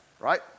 right